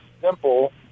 simple